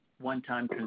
one-time